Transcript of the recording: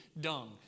dung